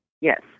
Yes